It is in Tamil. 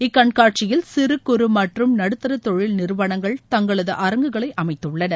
இக்கண்காட்சியில் சிறு குறு மற்றும் நடுத்தர தொழில் நிறுவனங்கள் தங்களது அரங்குகளை அமைத்துள்ளன